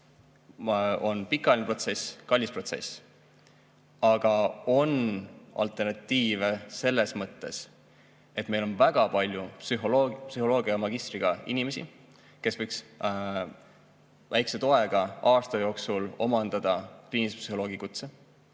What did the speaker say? on pikaajaline protsess, kallis protsess, aga on olemas alternatiive selles mõttes, et meil on väga palju psühholoogiamagistreid, kes võiks väikese toega aasta jooksul omandada kliinilise psühholoogi kutse.